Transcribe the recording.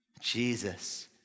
Jesus